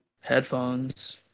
headphones